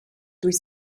durch